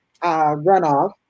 runoff